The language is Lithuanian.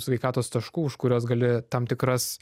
sveikatos taškų už kuriuos gali tam tikras